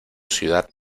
ciudad